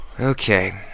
Okay